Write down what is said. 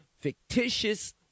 fictitious